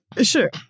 Sure